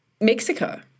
Mexico